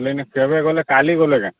ହେଲେ ଏନୁ କେବେ ଗଲେ କାଲି ଗଲେ କେ